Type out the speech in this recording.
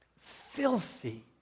filthy